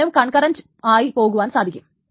ഇതിനും കൺകറൻറ്റ് ആയി പോകുവാൻ സാധിക്കും